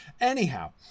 Anyhow